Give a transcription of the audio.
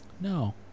No